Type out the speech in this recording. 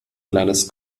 kleines